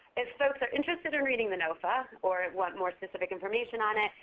if folks are interested in reading the nofa, or want more specific information on it,